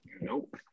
Nope